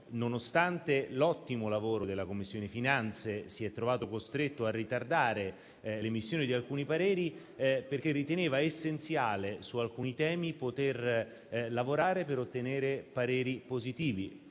nonostante l'ottimo lavoro della Commissione finanze, si è trovato costretto a ritardare l'espressione di alcuni pareri, perché riteneva essenziale poter lavorare su alcuni temi per ottenere pareri positivi